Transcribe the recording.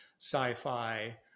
sci-fi